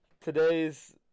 today's